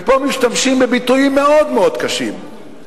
ופה משתמשים בביטויים מאוד מאוד קשים,